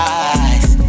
eyes